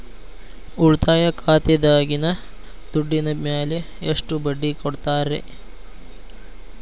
ಉಳಿತಾಯ ಖಾತೆದಾಗಿನ ದುಡ್ಡಿನ ಮ್ಯಾಲೆ ಎಷ್ಟ ಬಡ್ಡಿ ಕೊಡ್ತಿರಿ?